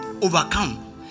overcome